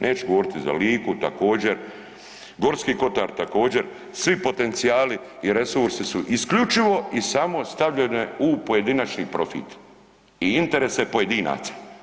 Neću govoriti za Liku, također, Gorski kotar, također, svi potencijali i resursi su isključivo i samo stavljene u pojedinačni profit i interese pojedinaca.